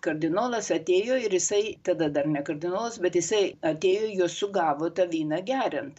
kardinolas atėjo ir jisai tada dar ne kardinolas bet jisai atėjo juos sugavo tą vyną geriant